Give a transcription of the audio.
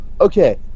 Okay